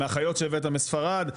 מהחיות שהבאת מספרד?